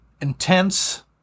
intense